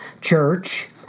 church